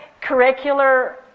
curricular